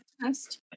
test